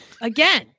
Again